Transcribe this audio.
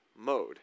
mode